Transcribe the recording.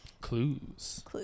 Clues